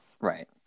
Right